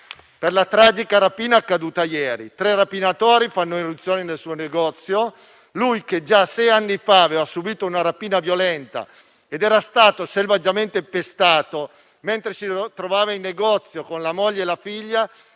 per la tragica rapina accaduta ieri. Tre rapinatori hanno fatto irruzione nel suo negozio, lui, che già sei anni fa aveva subito una rapina violenta ed era stato selvaggiamente pestato mentre si trovava in negozio con la moglie e la figlia,